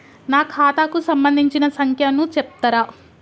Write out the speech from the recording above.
నా ఖాతా కు సంబంధించిన సంఖ్య ను చెప్తరా?